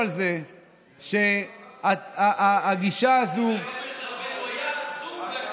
תמה ההצבעה, אבקש לספור את הקולות.